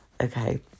okay